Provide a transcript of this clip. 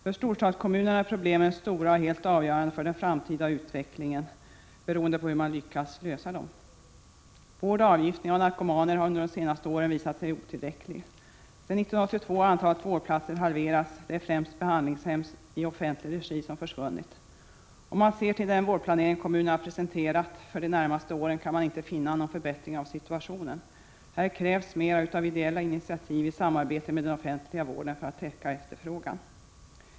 För storstadskommunerna är problemen stora, och helt avgörande för den framtida utvecklingen är hur man lyckas lösa dem. Vård och avgiftning av narkomaner har under de senaste åren visat sig vara otillräckliga åtgärder. Sedan 1982 har antalet vårdplatser halverats. Det är främst behandlingshem i offentlig regi som har försvunnit. Om man ser till den vårdplanering som kommunerna presenterat för de närmaste åren, kan man inte finna någon förbättring av situationen. Här krävs mer av ideella initiativ i samarbete med den offentliga vården för att täcka efterfrågan.